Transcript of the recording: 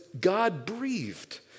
God-breathed